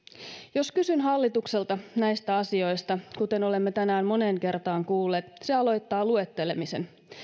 jos kysyn hallitukselta näistä asioista kuten olemme tänään moneen kertaan kuulleet se aloittaa luettelemisen